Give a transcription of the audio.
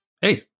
Hey